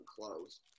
close